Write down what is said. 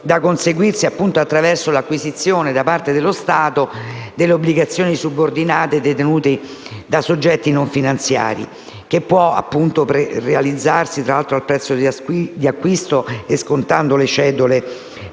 da conseguirsi attraverso l'acquisizione da parte dello Stato delle obbligazioni subordinate detenute da soggetti non finanziari, che può appunto realizzarsi al prezzo di acquisto e scontando le cedole